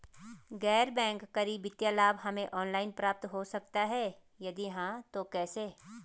गैर बैंक करी वित्तीय लाभ हमें ऑनलाइन प्राप्त हो सकता है यदि हाँ तो कैसे?